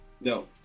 No